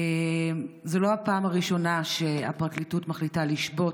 זו לא הפעם הראשונה שהפרקליטות מחליטה לשבות.